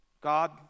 God